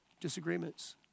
disagreements